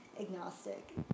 agnostic